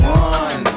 one